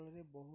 ଫଳରେ ବହୁତ